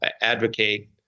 advocate